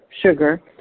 sugar